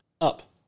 up